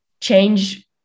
change